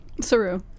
Saru